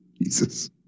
Jesus